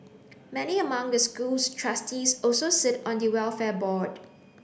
many among the school's trustees also sit on the welfare board